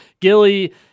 Gilly